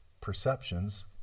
perceptions